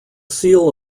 seal